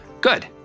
Good